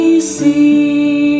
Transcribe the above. see